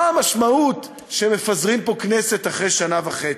מה המשמעות שמפזרים פה כנסת אחרי שנה וחצי.